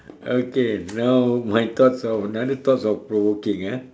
okay now my thoughts of another thoughts of provoking eh